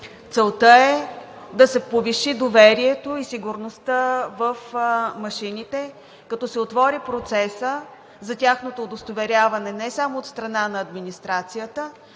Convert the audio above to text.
Целта е да се повиши доверието и сигурността в машините, като се отвори процеса за тяхното удостоверяване не само от страна на администрацията,